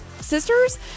Sisters